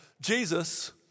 Jesus